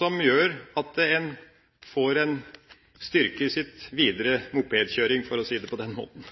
som gjør at en får en styrke i sin videre «mopedkjøring», for å si det på den måten.